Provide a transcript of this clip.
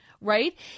right